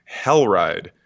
Hellride